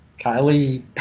kylie